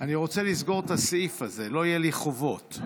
אני רוצה לסגור את הסעיף הזה, שלא יהיו לי חובות.